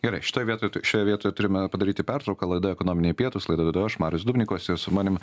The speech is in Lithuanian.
gerai šitoj vietoj šioje vietoj turime padaryti pertrauką laida ekonominiai pietūs laidą vedu aš marius dubnikovas ir su manim